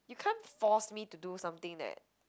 you can't force me to do something that